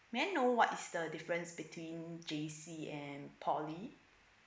may I know what is the difference between J_C and poly